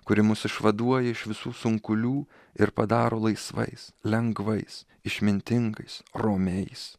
kuri mus išvaduoja iš visų sunkulių ir padaro laisvais lengvais išmintingais romiais